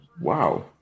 Wow